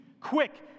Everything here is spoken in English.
Quick